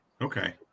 okay